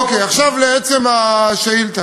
אוקיי, עכשיו לעצם ההצעה.